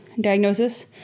diagnosis